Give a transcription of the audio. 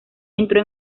entró